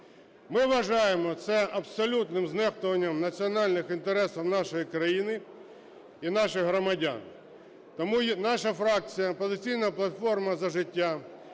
Ми вважаємо це абсолютним знехтуванням національних інтересів нашої країни і наших громадян. Тому наша фракція "Опозиційна платформа - За життя"